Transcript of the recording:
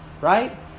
right